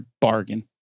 bargain